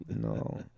No